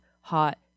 hot